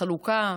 חלוקה,